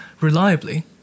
reliably